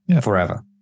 forever